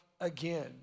again